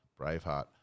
Braveheart